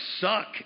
suck